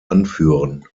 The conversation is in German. anführen